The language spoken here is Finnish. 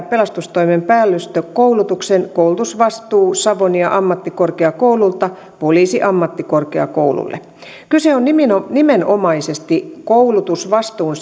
pelastustoimen päällystökoulutuksen koulutusvastuu savonia ammattikorkeakoululta poliisiammattikorkeakoululle kyse on nimenomaisesti koulutusvastuun